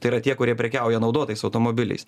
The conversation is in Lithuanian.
tai yra tie kurie prekiauja naudotais automobiliais